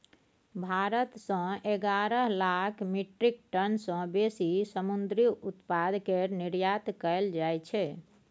भारत सँ एगारह lakh metric tonne सँ बेसी समुंदरी उत्पाद केर निर्यात कएल जाइ छै